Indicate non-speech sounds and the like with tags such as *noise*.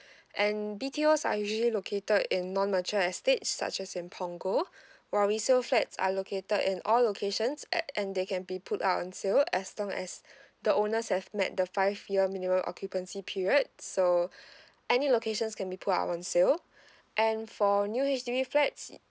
*breath* and B_T_Os are usually located in non mature estate such as in punggol while resale flats are located in all locations at and they can be put out on sale as long as *breath* the owners have met the five year minimum occupancy period so *breath* any locations can be put out on sale *breath* and for new H_D_B flats *noise*